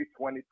20